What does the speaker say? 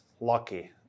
lucky